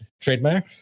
trademark